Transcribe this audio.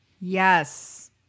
yes